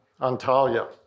Antalya